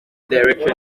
direction